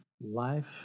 life